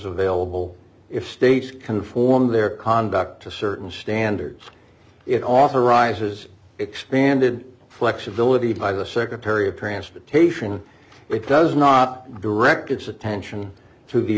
available if states conform their conduct to certain standards it authorizes expanded flexibility by the secretary of transportation it does not direct its attention to the